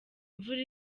imvura